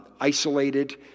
isolated